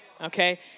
Okay